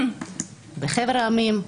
בחבר העמים,